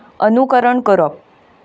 अनुकरण करप